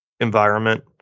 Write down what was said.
environment